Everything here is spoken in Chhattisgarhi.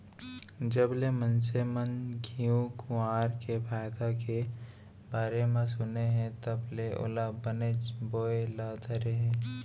जबले मनसे मन घींव कुंवार के फायदा के बारे म सुने हें तब ले ओला बनेच बोए ल धरे हें